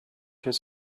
his